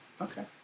Okay